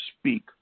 speak